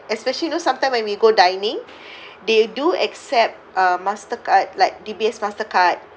especially you know sometime when we go dining they do accept uh mastercard like D_B_S mastercard